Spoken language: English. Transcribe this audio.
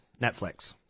Netflix